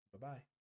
Bye-bye